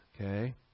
okay